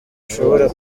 ashobora